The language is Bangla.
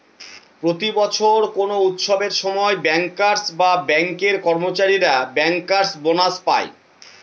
প্রতি বছর কোনো উৎসবের সময় ব্যাঙ্কার্স বা ব্যাঙ্কের কর্মচারীরা ব্যাঙ্কার্স বোনাস পায়